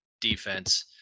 defense